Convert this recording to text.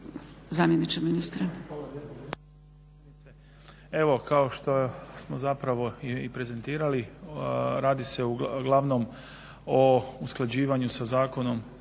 zamjeniče ministra.